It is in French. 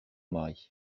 mari